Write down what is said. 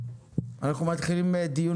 אנחנו מתחילים דיון